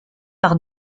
par